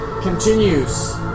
continues